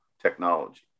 technology